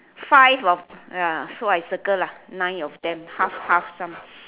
five of ah so I circle ah nine of them half half some